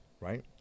right